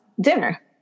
dinner